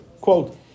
quote